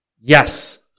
Yes